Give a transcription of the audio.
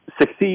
succeed